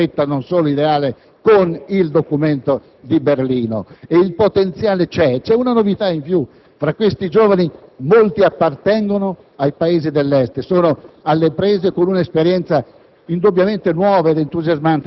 che dobbiamo consegnare una staffetta, non solo ideale, con il documento di Berlino. Il potenziale c'è. C'è una novità in più: molti di questi giovani appartengono ai Paesi dell'Est e sono alle prese con un'esperienza